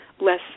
less